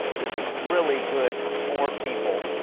this is really good for four people.